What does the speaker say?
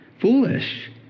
foolish